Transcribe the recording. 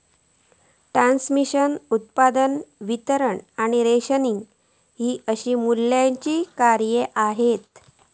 transmission, उत्पादन, वितरण आणि रेशनिंग हि अशी मूल्याची कार्या आसत